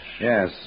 Yes